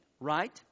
Right